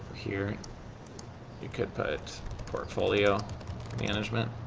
here you could put portfolio management.